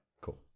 cool